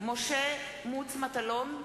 משה מטלון,